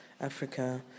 Africa